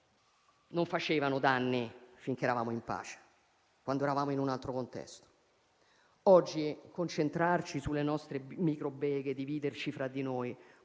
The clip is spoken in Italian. non facevano danni finché eravamo in pace, quando eravamo in un altro contesto. Oggi concentrarci sulle nostre microbeghe, dividerci fra di noi,